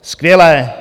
Skvělé!